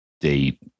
date